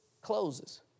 closes